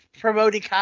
promoting